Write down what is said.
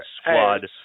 squad